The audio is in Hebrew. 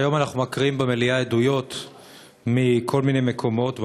והיום אנחנו מקריאים במליאה עדויות מכל מיני מקומות,